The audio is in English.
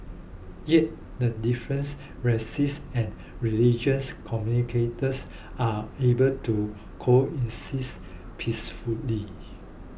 yet the difference racies and religious communities are able to coexists peacefully